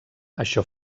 això